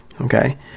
okay